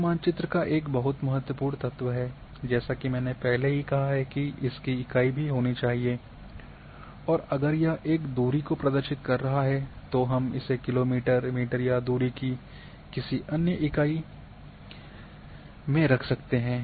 scale मानचित्र का एक बहुत महत्वपूर्ण तत्व है और जैसा कि मैंने पहले ही कहा है कि इसकी इकाई भी होनी चाहिए और अगर यह एक दूरी को प्रदर्शित कर रहा है तो हम इसे किलोमीटर मीटर या दूरी की किसी अन्य इकाई में रख सकते हैं